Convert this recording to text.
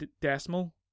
Decimal